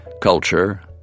culture